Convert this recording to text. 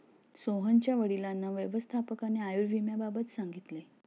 सोहनच्या वडिलांना व्यवस्थापकाने आयुर्विम्याबाबत सांगितले